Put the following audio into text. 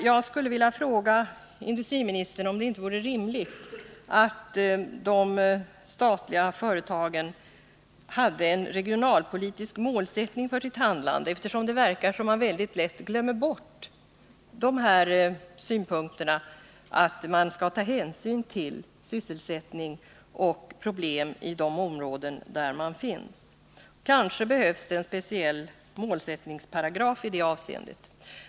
Jag skulle vilja fraga industriministern om det inte vore rimligt att de statliga företagen hade en regionalpolitisk målsättning för sitt handlande, eftersom det verkar som om man väldigt lätt glömmer bort de här synpunkterna, dvs. att företagen skall ta hänsyn till sysselsättning och problem i de områden där de verkar. Kanske behövs det en speciell målsättningsparagraf i det avseendet.